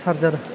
charger